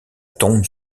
tombe